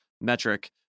metric